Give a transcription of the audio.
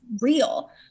real